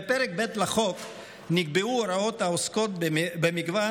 בפרק ב' לחוק נקבעו הוראות העוסקות במנגנון